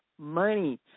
money